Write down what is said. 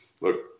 look